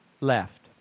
left